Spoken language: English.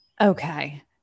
Okay